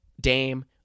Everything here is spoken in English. Dame